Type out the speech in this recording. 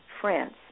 France